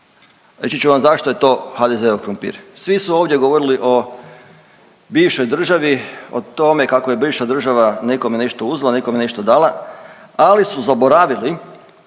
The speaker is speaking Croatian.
Reći ću vam zašto je to HDZ-ov krumpir. Svi su ovdje govorili o bivšoj državi, o tome kako je bivša država nekome nešto uzela, nekome nešto dala ali su zaboravili